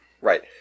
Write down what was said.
Right